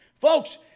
Folks